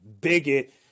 bigot